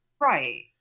Right